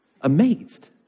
amazed